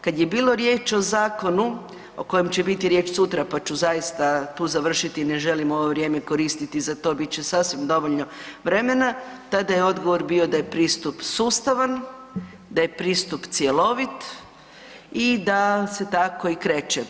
Kad je bilo riječ o zakonu o kojem će biti riječ sutra pa ću zaista tu završiti i ne želim ovo vrijeme koristiti za to, bit će sasvim dovoljno vremena, tada je odgovor bio da je pristup sustavan, da je pristup cjelovit i da se tako i kreće.